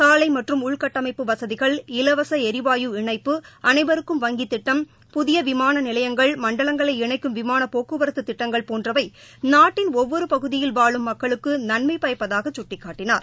சாலை மற்றும் உள்கட்டமைப்பு வசதிகள் இலவச ளிவாயு இணைப்பு அனைவருக்கும் வங்கித் திட்டம் புதிய விமான நிலையங்கள் மண்டலங்களை இணைக்கும் விமான போக்குவரத்துத் திட்டங்கள் போன்றவை நாட்டின் ஒவ்வொரு பகுதியிலும் வாழும் மக்களுக்கு நன்மை பயப்பதாக சுட்டிக்காட்டினார்